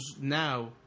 now